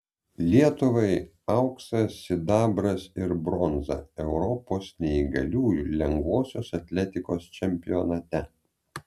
lietuvai auksas sidabras ir bronza europos neįgaliųjų lengvosios atletikos čempionate